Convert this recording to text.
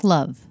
Love